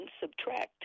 subtract